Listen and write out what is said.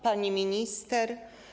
Pani Minister!